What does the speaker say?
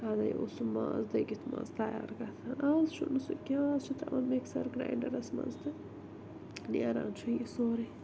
ادے اوس سُہ ماز دٔگِتھ ماز تیار گَژھان اَز چھُ نہٕ سُہ کیٚنٛہہ اَز چھُ ترٛاوان مِکسَر گرٛاینٛڈَرس مَنٛز تہٕ نیران چھُ یہِ سورُے